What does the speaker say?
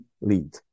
lead